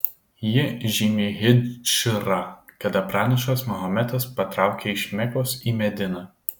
ji žymi hidžrą kada pranašas mahometas patraukė iš mekos į mediną